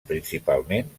principalment